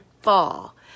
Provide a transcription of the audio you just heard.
fall